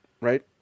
Right